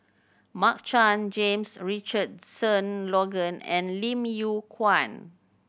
Mark Chan James Richardson Logan and Lim Yew Kuan